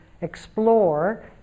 explore